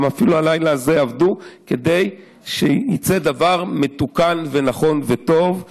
אפילו בלילה הזה עבדו כדי שיצא דבר מתוקן ונכון וטוב.